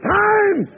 time